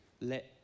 let